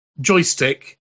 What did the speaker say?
joystick